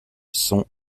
sons